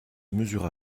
mesura